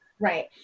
Right